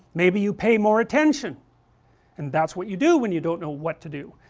maybe you pay more attention and that's what you do when you don't know what to do,